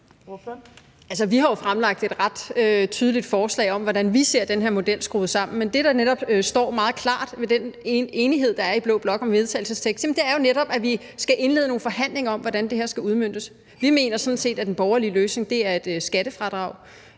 vi har jo fremlagt et ret tydeligt forslag om, hvordan vi ser den her model skruet sammen, men det, der netop står meget klart i forbindelse med den enighed, der er i blå blok, om en vedtagelsestekst, er jo netop, at vi skal indlede nogle forhandlinger om, hvordan det her skal udmøntes. Vi mener sådan set, at den borgerlige løsning er et skattefradrag,